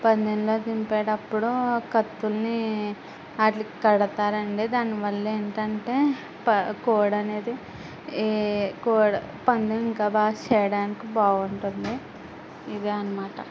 పందెంలో దింపేటప్పుడూ కత్తుల్ని వాటికి కడతారండి దాన్ని వల్ల ఏంటంటే ప కోడి అనేది కోడి పందెం ఇంకా బాగా చేయడానికి బాగుంటుంది ఇదే అనమాట